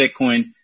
Bitcoin